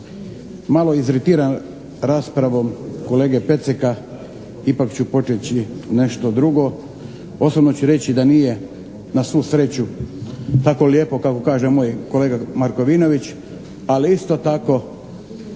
malo iziritiran raspravom kolege Peceka ipak ću početi nešto drugo. Posebno ću reći da nije na svu sreću tako lijepo kako kaže moj kolega Markovinović ali isto tako